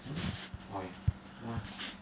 hmm why 做么 leh